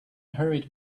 hurried